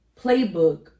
playbook